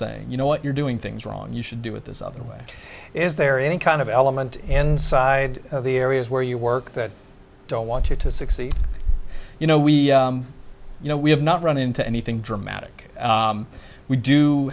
saying you know what you're doing things wrong you should do it this other way is there any kind of element inside the areas where you work that don't want you to succeed you know we you know we have not run into anything dramatic we do